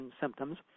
symptoms